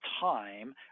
time –